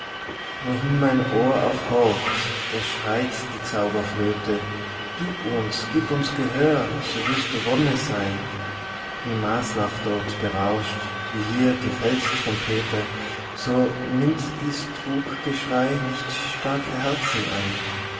wohin mein ohr auch horcht da schreit die zauberflöte gieb uns gieb uns gehör so wirst du wonne sein wie maslach dort berauscht wie hier die feldtrompete so nimmt dies truggeschrei nicht starke herzen ein